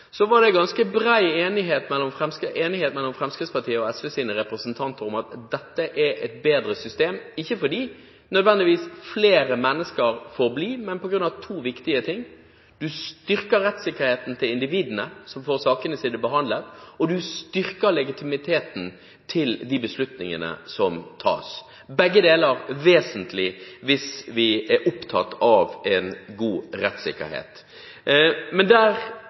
var det ganske bred enighet mellom Fremskrittspartiets og SVs representanter om at dette var et bedre system – ikke nødvendigvis fordi flere mennesker får bli, men på grunn av to viktige ting: Man styrker rettssikkerheten til de individene som får sakene sine behandlet, og man styrker legitimiteten til de beslutningene som tas. Begge deler er vesentlig hvis vi er opptatt av en god rettssikkerhet.